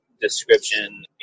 description